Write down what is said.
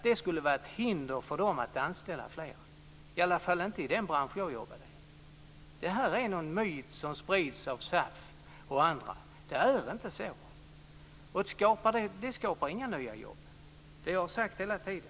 Den är inget hinder för dem att anställa fler. Det gäller i alla fall inte i den bransch jag jobbade i. Detta är en myt som sprids av SAF och andra. Det är inte så. Det skapar inga nya jobb. Det har jag sagt hela tiden.